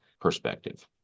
perspective